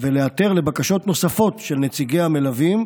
לבקשות נוספות של נציגי המלווים,